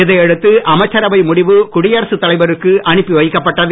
இதை அடுத்து அமைச்சரவை முடிவு குடியரசு தலைவருக்கு அனுப்பி வைக்கப்பட்டது